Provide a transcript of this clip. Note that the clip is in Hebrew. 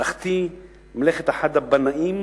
מלאכתי, מלאכת אחד הבנאים